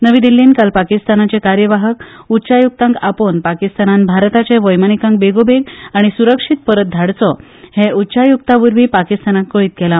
नवी दिल्लीन काल पाकिस्तानाचे कार्यवाहक उच्चायुक्तांक आपोवन पाकिस्तानान भारताचे वैमानीकाक बेगोबेग आनी सुरक्षीत परत धाडचो हे उच्चायुक्तावरवी पाकिस्तानाक कळीत केला